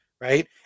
Right